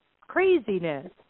craziness